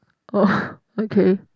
oh okay